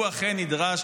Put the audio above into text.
והוא אכן נדרש,